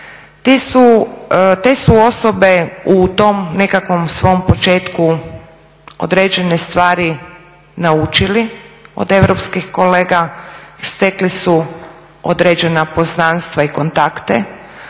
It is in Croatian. Te su osobe u tom nekakvom svom početku određene stvari naučili od europskih kolega, stekli su određena poznanstva i kontakte